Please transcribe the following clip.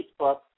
Facebook